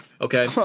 Okay